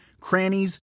crannies